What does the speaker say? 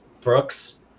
Brooks